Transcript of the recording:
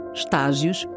estágios